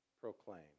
proclaim